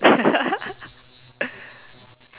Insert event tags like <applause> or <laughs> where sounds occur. <laughs>